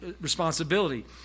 responsibility